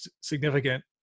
significant